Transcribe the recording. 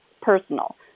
personal